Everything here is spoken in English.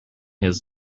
his